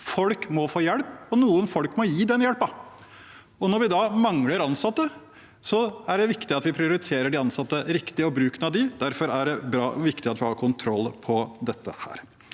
Folk må få hjelp, og noen folk må gi den hjelpen. Når vi mangler ansatte, er det viktig at vi prioriterer bruken av de ansatte riktig. Derfor er det viktig at vi har kontroll på dette.